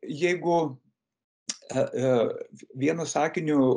jeigu e vienu sakiniu